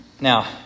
Now